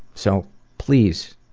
so, please,